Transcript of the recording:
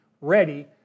ready